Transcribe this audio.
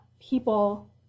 people